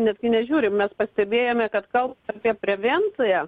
netgi nežiūrim bet pastebėjome kad kal apie prevenciją